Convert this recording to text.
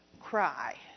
cry